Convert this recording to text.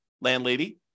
landlady